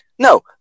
No